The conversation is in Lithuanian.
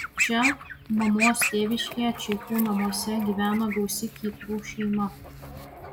čia mamos tėviškėje čeikų namuose gyveno gausi kytrų šeima